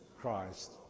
Christ